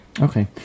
Okay